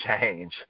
change